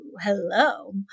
hello